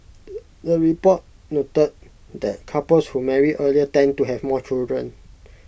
the report noted that couples who marry earlier tend to have more children